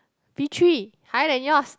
B three higher than yours